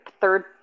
third